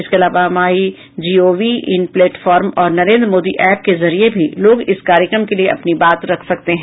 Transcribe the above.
इसके अलावा my gov in platform और नरेन्द्र मोदी एप के जरिये भी लोग इस कार्यक्रम के लिए अपनी बात रख सकते हैं